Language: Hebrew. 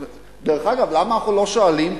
דרך אגב, למה אנחנו לא שואלים?